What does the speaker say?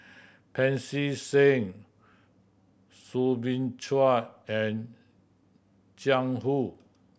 Pancy Seng Soo Bin Chua and Jiang Hu